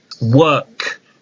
work